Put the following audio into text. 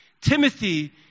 Timothy